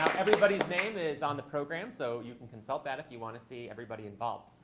everybody's name is on the program. so you can consult that if you want to see everybody involved.